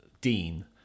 dean